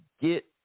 get